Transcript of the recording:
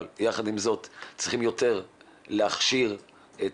אבל יחד עם זאת צריכים יותר להכשיר את